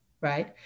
right